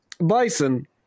bison